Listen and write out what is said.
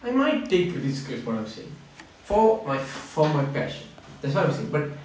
I might take risks is what I'm saying for my for my passion that's what I'm saying but